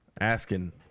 asking